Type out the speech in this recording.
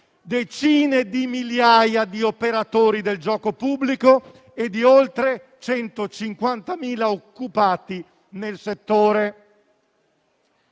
decine di migliaia di operatori del gioco pubblico e di oltre 150.000 occupati nel settore.